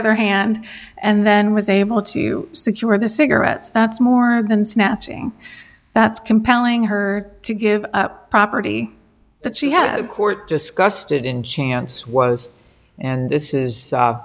other hand and then was able to secure the cigarettes that's more than snatching that's compelling her to give up property that she had court disgusted in chance was and this is